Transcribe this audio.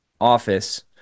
office